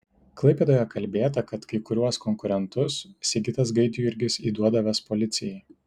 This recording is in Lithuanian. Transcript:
klaipėdoje kalbėta kad kai kuriuos konkurentus sigitas gaidjurgis įduodavęs policijai